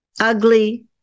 ugly